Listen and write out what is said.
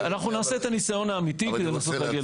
אנחנו נעשה את הניסיון האמיתי כדי לנסות להגיע לפתרון.